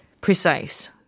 precise